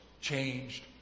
changed